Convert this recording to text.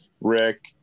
Rick